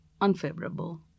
unfavorable